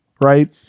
right